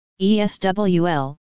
ESWL